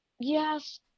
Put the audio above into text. Yes